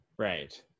Right